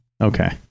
Okay